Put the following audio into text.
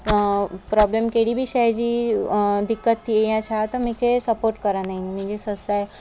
problem कहिड़ी बि शइ जी दिक़त थिए या छा त मूंखे सपोट कंदा आहिनि मुंहिंजी ससु आहे